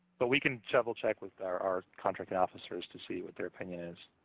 but we can double-check with our our contracting officers to see what their opinion is.